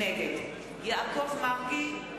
נגד יעקב מרגי,